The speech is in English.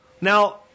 Now